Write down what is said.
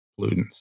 pollutants